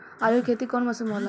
आलू के खेती कउन मौसम में होला?